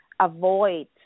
avoid